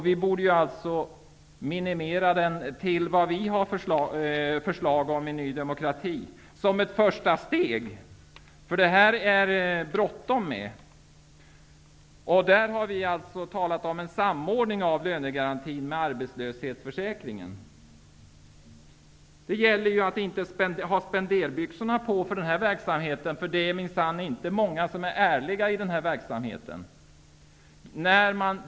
Vi borde som ett första steg minimera lönegarantin enligt det förslag som vi inom Ny demokrati har. Det är bråttom. Vi har talat om en samordning av lönegaranti med arbetslöshetsförsäkringen. Det gäller att inte ha spenderbyxorna på. Det är minsann inte många som är ärliga i den här verksamheten.